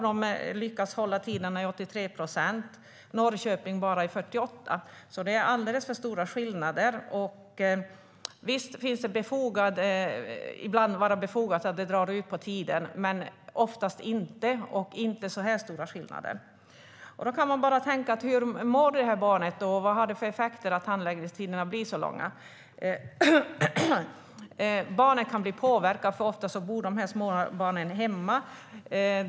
Där lyckas man hålla tiderna i 83 procent av fallen. Men i Norrköping lyckas man hålla tiderna i bara 48 procent av fallen. Det är alltså alldeles för stora skillnader. Visst kan det ibland vara befogat att det drar ut på tiden, men oftast inte. Och det får inte vara så här stora skillnader. Man kan undra hur dessa barn mår och vilka effekter det har att handläggningstiderna är så långa. Barnen kan bli påverkade, eftersom dessa småbarn ofta bor hemma.